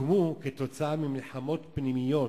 הוקמו כתוצאה ממלחמות פנימיות